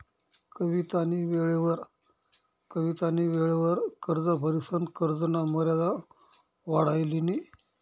कवितानी वेळवर कर्ज भरिसन कर्जना मर्यादा वाढाई लिनी